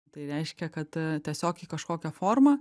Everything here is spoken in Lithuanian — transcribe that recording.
tai reiškia kad tiesiog į kažkokią formą